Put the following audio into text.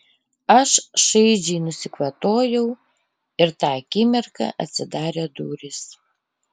aš šaižiai nusikvatojau ir tą akimirką atsidarė durys